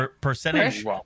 Percentage